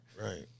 Right